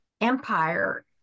empire